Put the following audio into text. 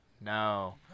No